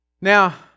Now